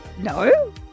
No